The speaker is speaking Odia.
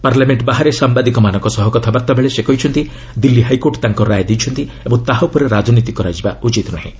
ପାର୍ଲାମେଣ୍ଟ ବାହାରେ ସାମ୍ବାଦିକମାନଙ୍କ ସହ କଥାବାର୍ତ୍ତା ବେଳେ ସେ କହିଛନ୍ତି ଦିଲ୍ଲୀ ହାଇକୋର୍ଟ ତାଙ୍କ ରାୟ ଦେଇଛନ୍ତି ଓ ତାହା ଉପରେ ରାଜନୀତି କରାଯିବା ଉଚିତ ନୁହେଁ